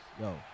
Yo